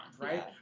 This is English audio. right